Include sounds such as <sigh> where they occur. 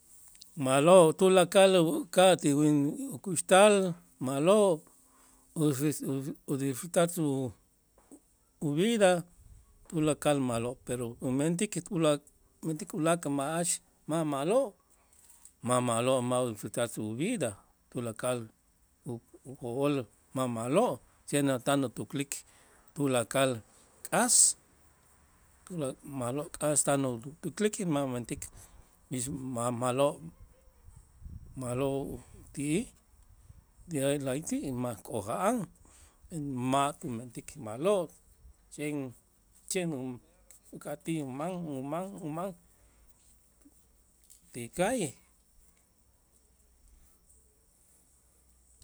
Ma'lo' tulakal uka'aj ti win ukuxtal ma'lo' <unintelligible> o disfrutar su uvida tulakal ma'lo', pero umentik tula umentik ulaak' ma'ax ma' ma'lo', ma' ma'lo' ma' udisfrutar su vida tulakal u o- ool ma' ma'lo' <unintelligible> utan utuklik tulakal k'as <unintelligible> ma'lo' k'as tan utuklik ma' umentik mix ma' ma'lo' ma'lo' u ti'ij de la'ayti' ma' k'oja'an ma' kimentik ma'lo' chen chen u- uk'atij man uman uman ti calle.